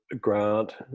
grant